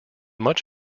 much